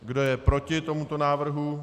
Kdo je proti tomuto návrhu?